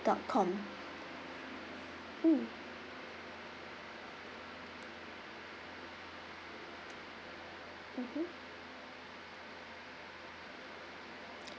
dot com mm mmhmm